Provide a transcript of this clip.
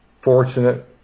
fortunate